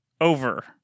over